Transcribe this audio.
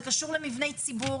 זה קשור למבני ציבור.